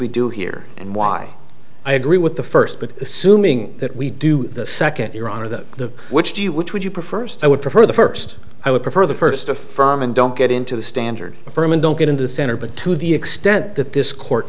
we do here and why i agree with the first but assuming that we do the second your honor the which do you which would you prefer so i would prefer the first i would prefer the first affirm and don't get into the standard affirm and don't get into the center but to the extent that this court